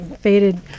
faded